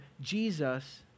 Jesus